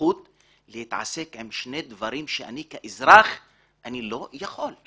הסמכות לעסוק בשני דברים שאני כאזרח לא יכול לעסוק בהם.